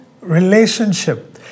relationship